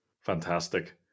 Fantastic